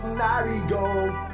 marigold